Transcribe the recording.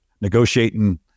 negotiating